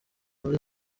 muri